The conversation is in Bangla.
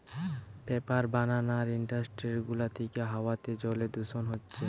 পেপার বানানার ইন্ডাস্ট্রি গুলা থিকে হাওয়াতে জলে দূষণ হচ্ছে